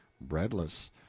breadless